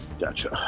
gotcha